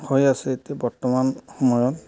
হৈ আছে এতিয়া বৰ্তমান সময়ত